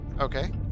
Okay